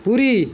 Puri